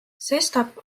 sestap